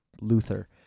Luther